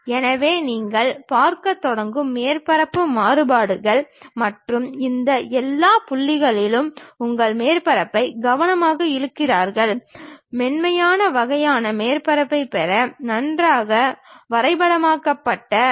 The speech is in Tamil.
எனவே நீங்கள் பார்க்கத் தொடங்கும் மேற்பரப்பு மாறுபாடுகள் மற்றும் இந்த எல்லா புள்ளிகளிலும் உங்கள் மேற்பரப்பை கவனமாக இழுக்கிறீர்கள் மென்மையான வகையான மேற்பரப்பைப் பெற நன்றாக வரைபடமாக்கப்பட்டது